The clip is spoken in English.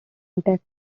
intact